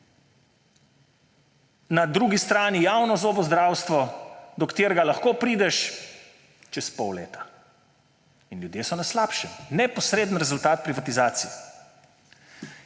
Na drugi strani javno zobozdravstvo, do katerega lahko prideš čez pol leta. In ljudje so na slabšem. Neposreden rezultat privatizacije.